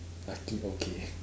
I think okay